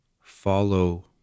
follow